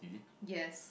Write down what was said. yes